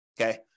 Okay